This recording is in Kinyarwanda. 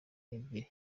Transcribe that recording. ebyiri